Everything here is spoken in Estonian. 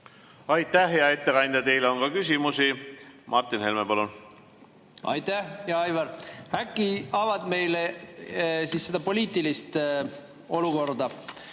Aitäh, hea ettekandja! Teile on ka küsimusi. Martin Helme, palun! Aitäh! Hea Aivar, äkki avad meile seda poliitilist olukorda?